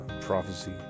Prophecy